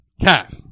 Calf